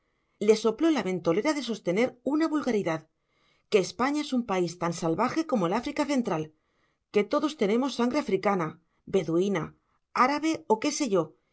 le sopló la ventolera de sostener una vulgaridad que españa es un país tan salvaje como el áfrica central que todos tenemos sangre africana beduina árabe o qué sé yo